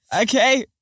Okay